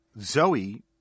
Zoe